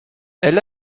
elle